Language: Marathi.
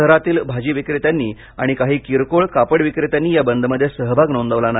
शहरातील भाजी विक्रेत्यांनी आणि काही किरकोळ कापड विक्रेत्यांनी या बंदमध्ये सहभाग नोंदवला नाही